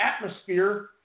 atmosphere